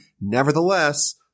Nevertheless